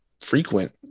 frequent